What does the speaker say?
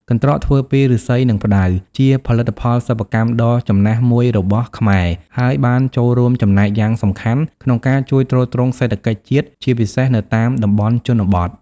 កន្ត្រកធ្វើពីឫស្សី និងផ្តៅ ជាផលិតផលសិប្បកម្មដ៏ចំណាស់មួយរបស់ខ្មែរ ហើយបានចូលរួមចំណែកយ៉ាងសំខាន់ក្នុងការជួយទ្រទ្រង់សេដ្ឋកិច្ចជាតិ ជាពិសេសនៅតាមតំបន់ជនបទ។